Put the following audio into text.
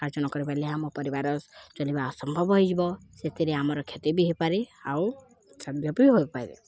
କରିପାରିଲେ ଆମ ପରିବାର ଚଳିବା ଅସମ୍ଭବ ହେଇଯିବ ସେଥିରେ ଆମର କ୍ଷତି ବି ହେଇପାରେ ଆଉ ବି ହୋଇପାରେ